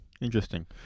Interesting